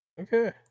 Okay